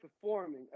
performing